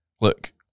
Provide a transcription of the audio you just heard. look